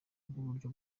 bw’uburyo